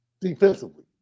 Defensively